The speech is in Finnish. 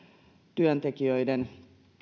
työntekijöiden